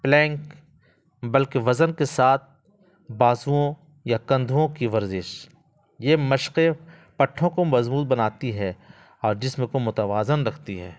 plank بلکہ وزن کے ساتھ بازوؤں یا کندھوں کی ورزش یہ مشقیں پٹھوں کو مضبوط بناتی ہے اور جسم کو متوازن رکھتی ہے